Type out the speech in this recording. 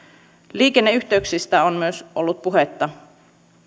liikenneyhteyksistä on myös ollut puhetta